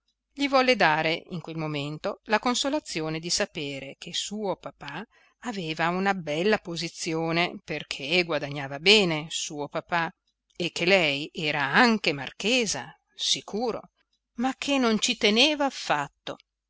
gli volle dare in quel momento la consolazione di sapere che suo papà aveva una bella posizione perché guadagnava bene suo papà e che lei era anche marchesa sicuro ma che non ci teneva affatto